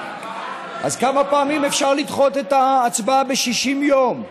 אז כמה פעמים אפשר לדחות את ההצבעה ב-60 יום?